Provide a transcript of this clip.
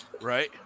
Right